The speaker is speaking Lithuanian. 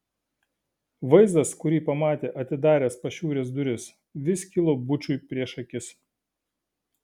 vaizdas kurį pamatė atidaręs pašiūrės duris vis kilo bučui prieš akis